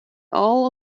all